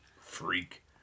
freak